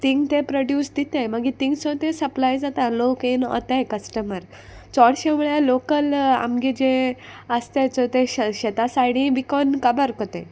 thing ते produce दिताय मागीर थिंगसोन तें सप्लाय जाता लोक येन ओताय कस्टमर चोडशे म्हळ्यार लोकल आमगे जे आसताय चोय ते शेता सायडी विकोन काबार कोताय